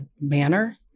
manner